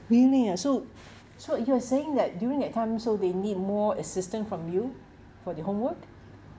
really ah so so you're saying that during that time so they need more assistance from you for the homework